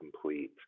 complete